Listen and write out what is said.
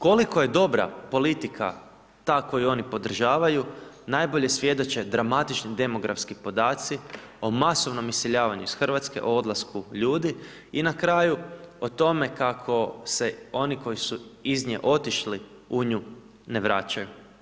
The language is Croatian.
Koliko je dobra politika ta koju oni podržavaju, najbolje svjedoče dramatični demografski podaci o masovnom iseljavanju iz RH, o odlasku ljudi i na kraju o tome kako se oni koji su iz nje otišli, u nju ne vraćaju.